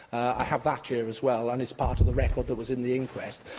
i have that here as well, and it's part of the record that was in the inquest.